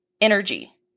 energy